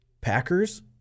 Packers